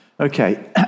Okay